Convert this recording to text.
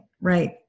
right